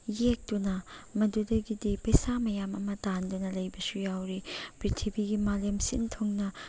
ꯌꯦꯛꯇꯨꯅ ꯃꯗꯨꯗꯒꯤꯗꯤ ꯄꯩꯁꯥ ꯃꯌꯥꯝ ꯑꯃ ꯇꯥꯟꯗꯨꯅ ꯂꯩꯕꯁꯨ ꯌꯥꯎꯔꯤ ꯄ꯭ꯔꯤꯊꯤꯕꯤꯒꯤ ꯃꯥꯂꯦꯝ ꯁꯤꯟ ꯊꯨꯡꯅ